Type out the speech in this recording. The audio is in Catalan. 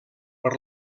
per